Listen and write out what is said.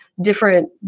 different